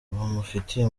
bamufitiye